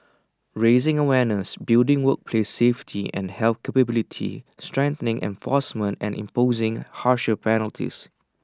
raising awareness building workplace safety and health capability strengthening enforcement and imposing harsher penalties